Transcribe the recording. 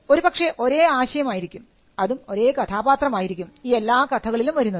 ഒരുപക്ഷേ ഒരേ ആശയം ആയിരിക്കും അതും ഒരേ കഥാപാത്രമായിരിക്കും ഈ എല്ലാ കഥകളിലും വരുന്നത്